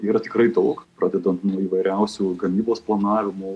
yra tikrai daug pradedant nuo įvairiausių gamybos planavimo